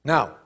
Now